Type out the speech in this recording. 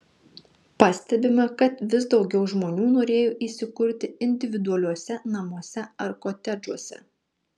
pastebima kad vis daugiau žmonių norėjo įsikurti individualiuose namuose ar kotedžuose